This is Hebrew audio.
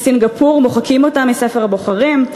בסינגפור מוחקים אותם מספר הבוחרים.